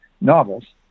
novels